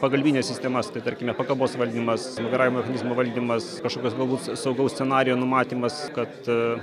pagalbines sistemas tai tarkime pakabos valdymas vairavimo mechanizmo valdymas kažkokios galbūt saugaus scenarijų numatymas kad